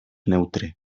neutre